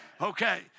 Okay